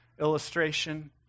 illustration